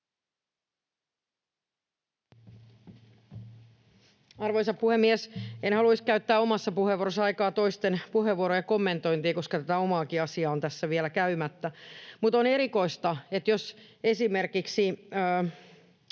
Arvoisa puhemies! En haluaisi käyttää omassa puheenvuorossani aikaa toisten puheenvuorojen kommentointiin, koska tätä omaakin asiaa on tässä vielä käymättä, mutta on erikoista, että jos esimerkiksi